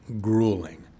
grueling